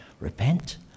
Repent